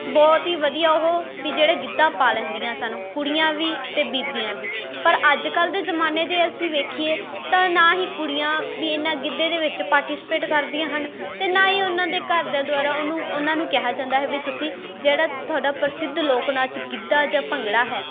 ਬਹੁਤ ਹੀ ਵਧੀਆ ਉਹ ਵੀ ਜਿਹੜੇ ਗਿੱਧਾ ਪਾ ਲੈਂਦੀਆਂ ਸਨ ਕੁੜੀਆਂ ਵੀ ਅਤੇ ਬੀਬੀਆਂ ਵੀ ਪਰ ਅੱਜ ਕੱਲ੍ਹ ਦੇ ਜਮਾਨੇ ਦੇ ਅਸੀਂ ਵੇਖੀਏ ਤਾਂ ਨਾ ਹੀ ਕੁੜੀਆਂ ਵੀ ਇੰਨਾ ਗਿੱਧੇ ਦੇ ਵਿੱਚ ਪਾਰਟੀਸਪੇਟ ਕਰਦੀਆਂ ਹਨ ਅਤੇ ਨਾ ਹੀ ਉਹਨਾਂ ਦੇ ਘਰਦਿਆਂ ਦੁਆਰਾ ਉਹਨੂੰ ਉਹਨਾਂ ਨੂੰ ਕਿਹਾ ਜਾਂਦਾ ਹੈ ਵੀ ਤੁਸੀਂ ਜਿਹੜਾ ਤੁਹਾਡਾ ਪ੍ਰਸਿੱਧ ਲੋਕ ਨਾਚ ਗਿੱਧਾ ਜਾਂ ਭੰਗੜਾ ਹੈ